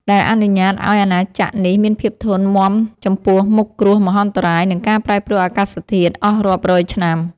ដែលអនុញ្ញាតឱ្យអាណាចក្រនេះមានភាពធន់មាំចំពោះមុខគ្រោះមហន្តរាយ និងការប្រែប្រួលអាកាសធាតុអស់រាប់រយឆ្នាំ។